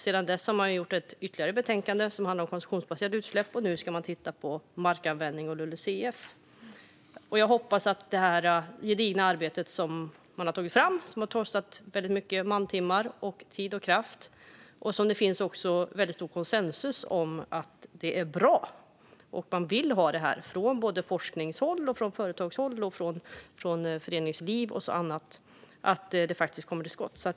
Sedan dess har det kommit ytterligare ett betänkande som handlar om konsumtionsbaserade utsläpp, och nu ska man titta på markanvändning och LULUCF. Ett gediget arbete har gjorts, och det har kostat väldigt många mantimmar. Det råder konsensus kring att resultatet är bra, och såväl forskare och företag som föreningar och andra vill att man kommer till skott.